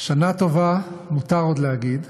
שנה טובה, מותר עוד להגיד,